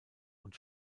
und